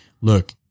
look